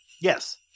Yes